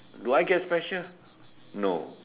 do I get special no